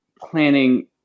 planning